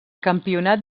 campionat